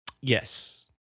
Yes